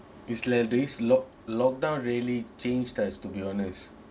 it's like being lock~ lockdown really changed us to be honest